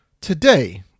Today